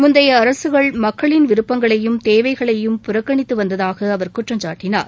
முந்தைய அரசுகள் மக்களின் விருப்பங்களையும் தேவைகளையும் புறக்கணித்து வந்ததாக அவர் குற்றம் சாட்டினார்